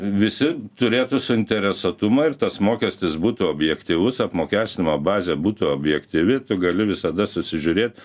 visi turėtų suinteresuotumą ir tas mokestis būtų objektyvus apmokestinimo bazė būtų objektyvi tu gali visada susižiūrėt